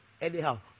anyhow